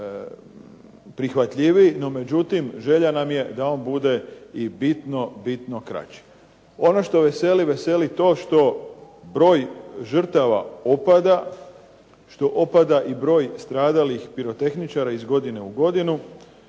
prihvatljiviji. No međutim, želja nam je da bude i bitno, bitno kraći. Ono što veseli, veseli to što broj žrtava opada, što opada i broj stradalih pirotehničara iz godine u godinu.